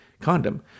condom